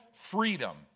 freedom